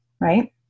right